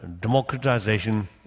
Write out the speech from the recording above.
democratization